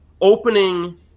opening